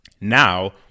Now